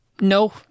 No